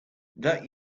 that